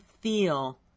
feel